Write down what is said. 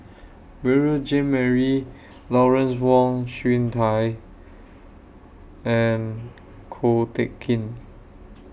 Beurel Jean Marie Lawrence Wong Shyun Tsai and Ko Teck Kin